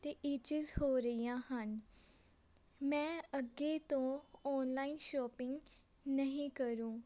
ਅਤੇ ਈਚਿਸ ਹੋ ਰਹੀਆਂ ਹਨ ਮੈਂ ਅੱਗੇ ਤੋਂ ਔਨਲਾਈਨ ਸ਼ੋਪਿੰਗ ਨਹੀਂ ਕਰੂ